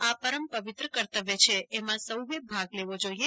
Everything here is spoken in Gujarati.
આ પરમ પવિત્ર કર્તવ્ય છે એમાં સૌએ ભાગ લેવો જોઈએ